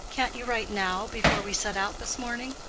can't you write now before we set out this morning?